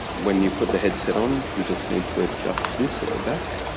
when you put the headset on, you just need to adjust this at the back,